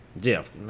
Jeff